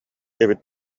эбит